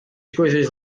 coisas